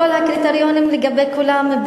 ואז מפעילים את כל הקריטריונים לגבי כולם,